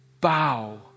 bow